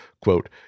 Quote